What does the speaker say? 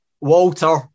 Walter